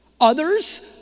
Others